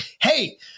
Hey